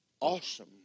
awesome